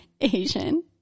Asian